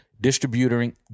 distributing